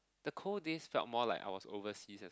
the cold days felt more like I was overseas